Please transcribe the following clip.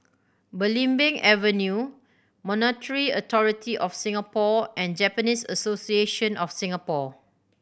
Belimbing Avenue Monetary Authority Of Singapore and Japanese Association of Singapore